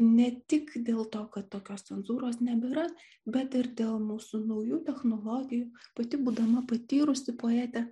ne tik dėl to kad tokios cenzūros nebėra bet ir dėl mūsų naujų technologijų pati būdama patyrusi poetė